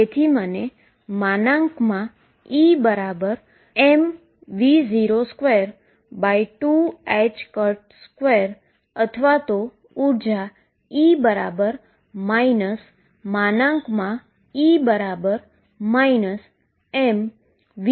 તેથી મને EmV022ℏ2 અથવા ઉર્જા E E mV022ℏ2 મળે છે